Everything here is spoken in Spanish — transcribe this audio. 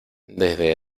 desde